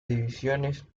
divisiones